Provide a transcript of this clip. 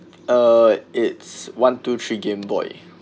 uh it's one two three game boy